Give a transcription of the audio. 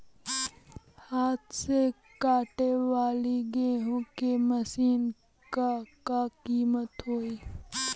हाथ से कांटेवाली गेहूँ के मशीन क का कीमत होई?